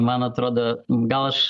man atrodo gal aš